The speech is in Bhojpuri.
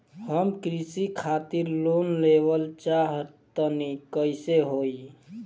हम कृषि खातिर लोन लेवल चाहऽ तनि कइसे होई?